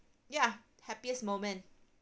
ya happiest moment